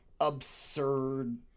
absurd